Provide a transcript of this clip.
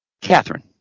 Catherine